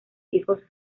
hijos